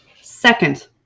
Second